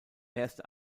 erste